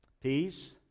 peace